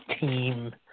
team